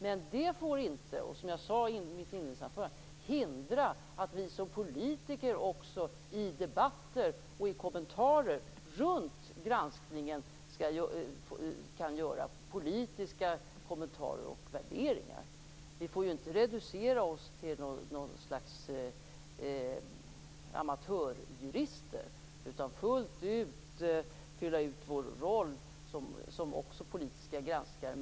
Men det får inte, som jag sade i mitt inledningsanförande, hindra att vi som politiker också i debatter och i kommentarer runt granskningen kan göra politiska kommentarer och värderingar. Vi skall inte reducera oss till något slags amatörjurister, utan fullt ut fylla vår roll som politiska granskare.